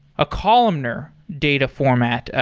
ah columnar data format, ah